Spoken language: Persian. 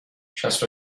شصت